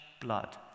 blood